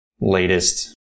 latest